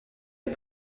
est